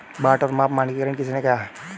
बाट और माप का मानकीकरण किसने किया?